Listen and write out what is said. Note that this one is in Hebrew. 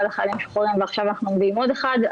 לחיילים משוחררים ועכשיו אנחנו מביאים עוד אחת.